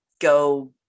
go